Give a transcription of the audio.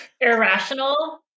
Irrational